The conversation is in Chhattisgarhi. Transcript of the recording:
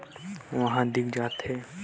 हमन मन फसल म फूल खिले बर किसे पहचान करबो?